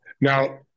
Now